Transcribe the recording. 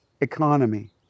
economy